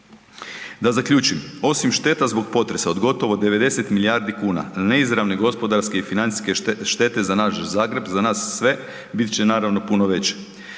Da zaključim, osim šteta zbog potresa od gotovo 90 milijardi kuna, neizravne gospodarske štete za naš Zagreb, za nas sve, bit će naravno, puno veći.